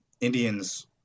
Indians